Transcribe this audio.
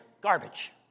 garbage